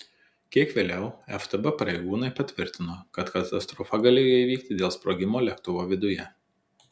kiek vėliau ftb pareigūnai patvirtino kad katastrofa galėjo įvykti dėl sprogimo lėktuvo viduje